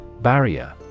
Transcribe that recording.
Barrier